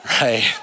Right